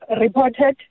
reported